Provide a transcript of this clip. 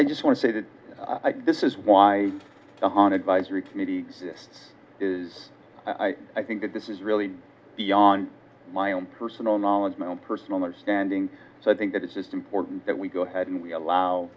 i just want to say that this is why the hon advisory committee this is i think that this is really beyond my own personal knowledge my own personal understanding so i think that it's just important that we go ahead and we allow